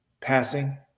passing